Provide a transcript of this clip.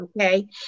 Okay